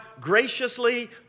graciously